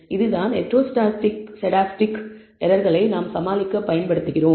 இதுதான் ஹீட்டோரோசெஸ்டாஸ்டிக் எரர்களை நாம் சமாளிக்க பயன்படுத்துகிறோம்